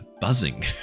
buzzing